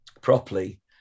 properly